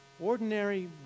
ordinary